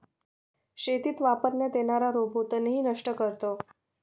शेतीत वापरण्यात येणारा रोबो तणही नष्ट करतो